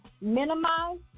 minimize